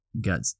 got